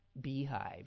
beehive